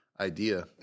idea